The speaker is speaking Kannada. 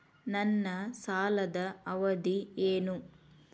ನನ್ನ ಸಾಲದ ಅವಧಿ ಏನು?